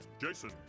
Jason